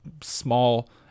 small